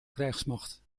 krijgsmacht